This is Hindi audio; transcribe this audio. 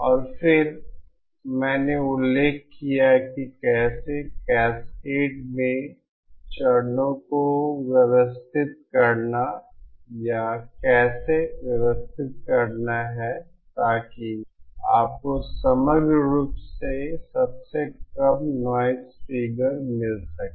और फिर मैंने उल्लेख किया कि कैसे कैस्केड में चरणों को व्यवस्थित करना या कैसे व्यवस्थित करना है ताकि आपको समग्र रूप से सबसे कम नॉइज़ फिगर मिल सके